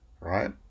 right